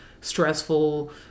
stressful